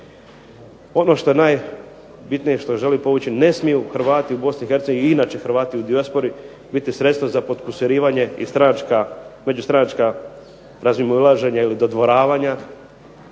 Ono što je najbitnije i što želim podvući, ne smiju Hrvati u BiH i inače Hrvati u dijaspori biti sredstva za potkusirivanje i međustranačka razmimoilaženja ili dodvoravanja.